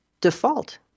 default